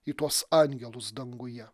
į tuos angelus danguje